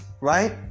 right